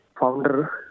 founder